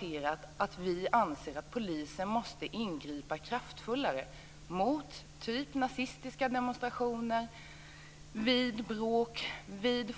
Vi har sagt att vi anser att polisen måste ingripa kraftfullare mot t.ex. nazistiska demonstrationer och vid